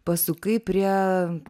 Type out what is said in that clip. pasukai prie